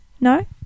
No